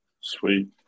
Sweet